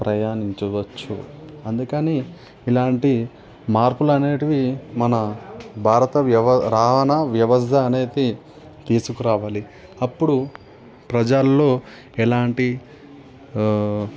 ప్రయాణించవచ్చు అందుకని ఇలాంటి మార్పులనేవి మన భారత వ్యవ రవాణ వ్యవస్థ అనేది తీసుకురావాలి అప్పుడు ప్రజల్లో ఎలాంటి